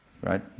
Right